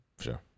sure